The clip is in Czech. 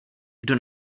kdo